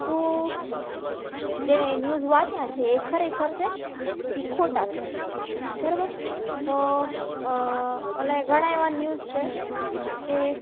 શું જે ન્યૂઝ વાંચ્યા છે એ ખરેખર છે કે એ ખોટા છે બરોબર તો અને ઘણા એવા ન્યૂઝ છે કે